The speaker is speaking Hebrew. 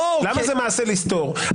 למה זה מעשה לסתור?